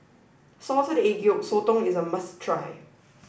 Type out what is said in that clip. Salted Egg Yolk Sotong is a must try